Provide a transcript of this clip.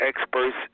experts